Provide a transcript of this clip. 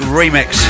remix